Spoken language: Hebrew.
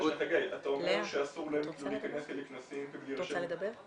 חגי אתה אומר שאסור להם להכנס כנכנסים ולהירשם,